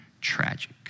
tragic